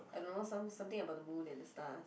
I don't know some something about the moon and the stars